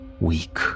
weak